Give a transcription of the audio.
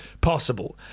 Possible